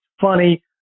funny